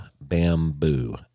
Bamboo